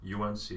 UNC